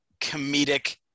comedic